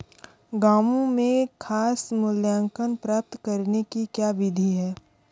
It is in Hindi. गाँवों में साख मूल्यांकन प्राप्त करने की क्या विधि है?